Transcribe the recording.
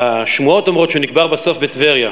והשמועות אומרות שנקבר בסוף בטבריה.